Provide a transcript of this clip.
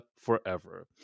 forever